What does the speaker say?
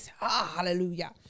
Hallelujah